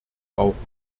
brauchen